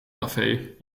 café